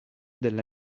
della